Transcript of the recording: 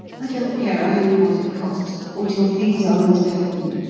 i don't care a hang what it costs, what your fees are, mr. headland.